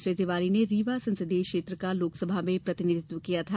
श्री तिवारी ने रीवा संसदीय क्षेत्र का र्लोकसभा में प्रतिनिधित्व किया था